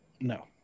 No